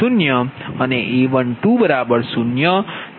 0 અને A120 જે આપણે જોયું છે